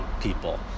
people